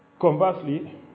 Conversely